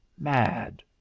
Mad